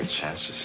chances